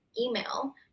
email